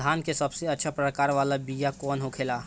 धान के सबसे अच्छा प्रकार वाला बीया कौन होखेला?